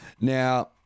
Now